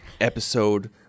episode